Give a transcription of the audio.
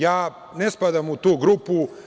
Ja ne spadam u tu grupu.